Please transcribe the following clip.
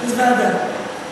אז ועדה.